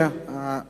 רואה